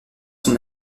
son